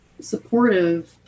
supportive